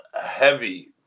heavy